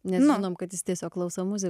nes žinom kad jis tiesiog klauso muziką